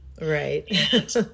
Right